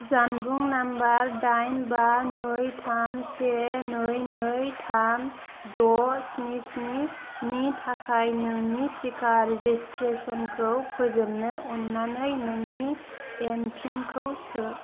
जानबुं नाम्बार दाइन बा नै थाम से नै नै थाम दं स्नि स्निनि थाखाय नोंनि टिका रेजिस्ट्रेसन खौ फोजोबनो अननानै नोंनि एम पिन खौ सो